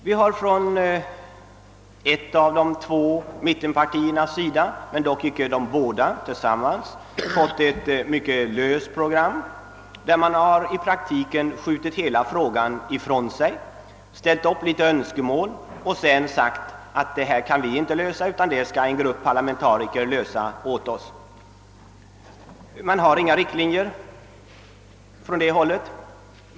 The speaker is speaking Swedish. Vi har från ett av de två mittenpartiernas sida, dock inte från båda tillsammans, fått ett mycket löst program, som innebär att man i praåktiken har skjutit hela frågan ifrån sig, ställt upp vissa önskemål och sedan sagt: Detta kan vi inte lösa, utan det skall en grupp parlamentariker lösa åt oss. Mån har inga riktlinjer att anvisa från det hållet.